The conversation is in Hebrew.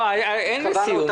אין לי סיום.